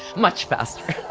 much faster